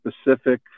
specific